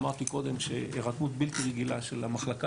אמרתי קודם שיש הירתמות בלתי רגילה של המחלקה